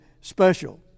special